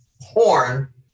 horn